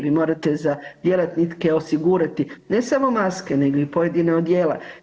Vi morate za djelatnike osigurati ne samo maske, nego i pojedina odijela.